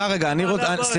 סליחה, אני רוצה לחדד את האמרה.